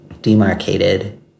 demarcated